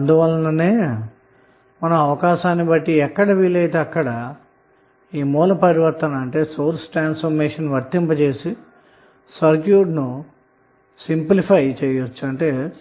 అందువలన అవకాశాన్ని బట్టి ఎక్కడ వీలైతే అక్కడ సోర్స్ ట్రాన్సఫార్మషన్ వర్తింపజేసి సర్క్యూట్ను